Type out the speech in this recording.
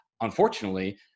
Unfortunately